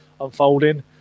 unfolding